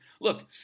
Look